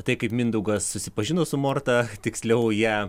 tai kaip mindaugas susipažino su morta tiksliau ją